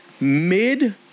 mid